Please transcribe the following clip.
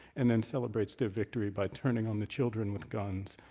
and then celebrates their victory by turning on the children with guns,